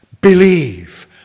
Believe